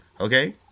Okay